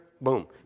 boom